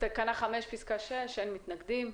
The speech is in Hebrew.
אין מתנגדים.